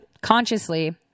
consciously